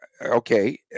Okay